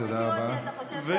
אתה חושב שאני לא אעשה,